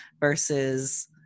versus